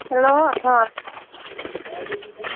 hello اَسلام علیکُم وعلیکُم سَلام